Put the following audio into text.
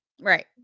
Right